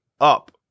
up